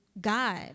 God